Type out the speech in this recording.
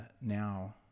now